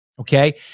okay